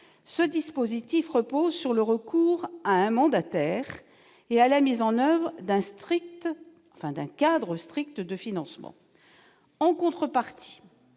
Ce dispositif repose sur le recours à un mandataire et sur la mise en oeuvre d'un cadre strict de financement. En contrepartie,